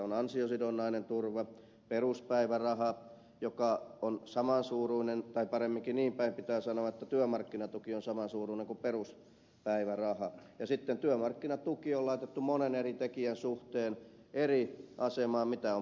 on ansiosidonnainen turva peruspäiväraha joka on samansuuruinen tai paremminkin niin päin pitää sanoa että työmarkkinatuki on samansuuruinen kuin peruspäiväraha ja sitten työmarkkinatuki on laitettu monen eri tekijän suhteen eri asemaan kuin mitä on peruspäiväraha